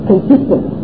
Consistent